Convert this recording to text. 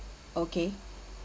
okay